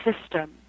system